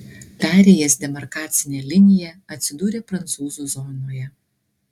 perėjęs demarkacinę liniją atsidūrė prancūzų zonoje